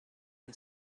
can